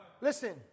Listen